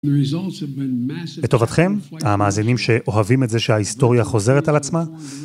לטובתכם, המאזינים שאוהבים את זה שההיסטוריה חוזרת על עצמה,